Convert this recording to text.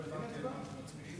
לא הבנתי אם אנחנו מצביעים.